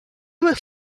was